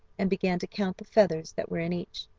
and began to count the feathers that were in each.